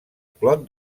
clot